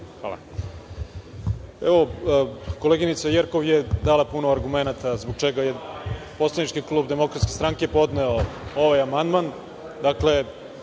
Hvala